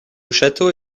château